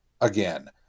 again